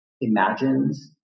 imagines